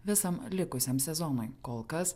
visam likusiam sezonui kol kas